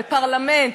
בפרלמנט,